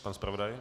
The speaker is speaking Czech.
Pan zpravodaj?